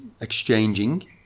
exchanging